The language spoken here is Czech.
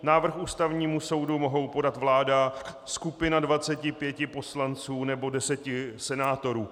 Návrh Ústavnímu soudu mohou podat vláda, skupina 25 poslanců nebo deseti senátorů.